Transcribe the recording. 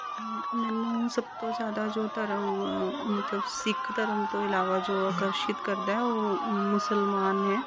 ਮੈਨੂੰ ਸਭ ਤੋਂ ਜ਼ਿਆਦਾ ਜੋ ਧਰਮ ਮਤਲਬ ਸਿੱਖ ਧਰਮ ਤੋਂ ਇਲਾਵਾ ਜੋ ਆਕਰਸ਼ਿਤ ਕਰਦਾ ਹੈ ਉਹ ਮੁਸਲਮਾਨ ਹੈ